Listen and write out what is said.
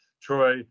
Troy